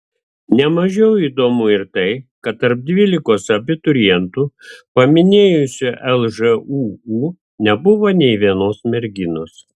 ne mažiau įdomu ir tai kad tarp dvylikos abiturientų paminėjusių lžūu nebuvo nė vienos merginos